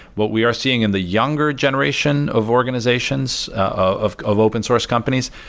what we are seeing in the younger generation of organizations of of open source companies,